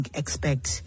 expect